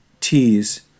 T's